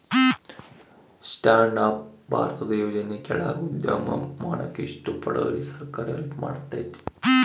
stand up ಭಾರತದ ಯೋಜನೆ ಕೆಳಾಗ ಉದ್ಯಮ ಮಾಡಾಕ ಇಷ್ಟ ಪಡೋರ್ಗೆ ಸರ್ಕಾರ ಹೆಲ್ಪ್ ಮಾಡ್ತತೆ